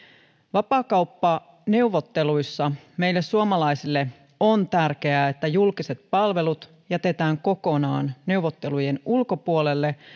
vapaakauppaneuvotteluissa meille suomalaisille on tärkeää että julkiset palvelut jätetään kokonaan neuvottelujen ulkopuolelle